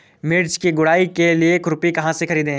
मिर्च की गुड़ाई के लिए खुरपी कहाँ से ख़रीदे?